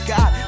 God